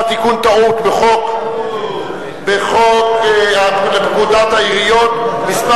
תיקון טעות בחוק לתיקון פקודת העיריות (מס'